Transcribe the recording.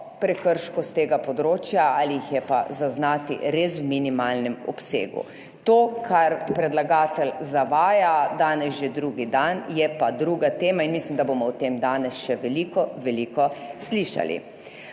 prekrškov s tega področja ali jih je pa zaznati res v minimalnem obsegu. To, kar predlagatelj zavaja danes že drugi dan, je pa druga tema in mislim, da bomo o tem danes še veliko, veliko slišali.